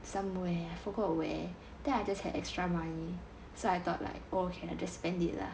somewhere I forgot where then I had extra money so I thought like oh can just spend it lah